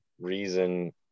reason